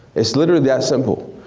it's literally that simple.